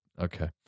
Okay